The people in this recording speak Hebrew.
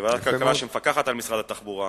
כוועדת הכלכלה, שמפקחת על משרד התחבורה.